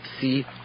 see